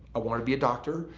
i want to be a doctor.